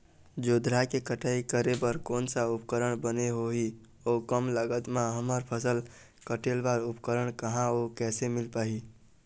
जोंधरा के कटाई करें बर कोन सा उपकरण बने होही अऊ कम लागत मा हमर फसल कटेल बार उपकरण कहा अउ कैसे मील पाही?